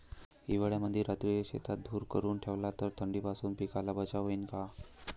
हिवाळ्यामंदी रात्री शेतात धुर करून ठेवला तर थंडीपासून पिकाचा बचाव होईन का?